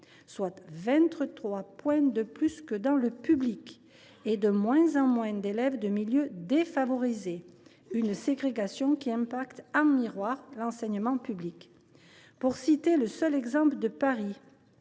soit 23 points de plus que dans le public, et de moins en moins d’élèves de milieux défavorisés. Cette ségrégation rejaillit en miroir sur l’enseignement public. Pour citer le seul exemple de Paris,